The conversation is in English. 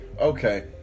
Okay